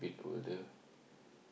older